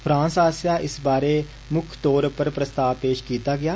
France आस्सेआ इस बारै मुक्ख तौर पर प्रस्ताव पेष कीता गेआ